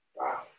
Wow